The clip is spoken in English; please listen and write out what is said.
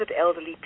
elderly